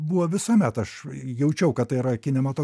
buvo visuomet aš jaučiau kad tai yra kinemato